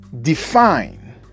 define